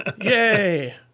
Yay